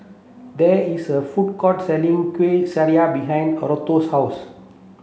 there is a food court selling Kueh Syara behind Arturo's house